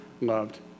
loved